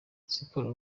siporo